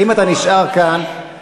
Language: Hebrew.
אתה יושב-ראש, אדוני?